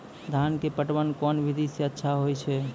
धान के पटवन कोन विधि सै अच्छा होय छै?